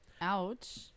Ouch